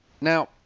Now